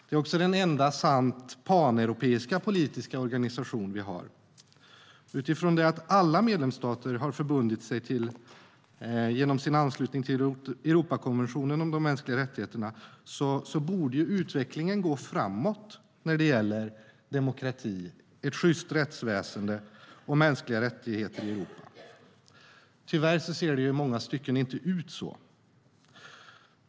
Det är också den enda sant paneuropeiska politiska organisation vi har. Utifrån att alla medlemsstater har förbundit sig genom sin anslutning till Europakonventionen om de mänskliga rättigheterna borde utvecklingen gå framåt när det gäller demokrati, ett sjyst rättsväsen och mänskliga rättigheter i Europa. Tyvärr ser det i många stycken inte ut så.